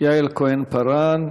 יעל כהן-פארן.